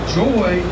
joy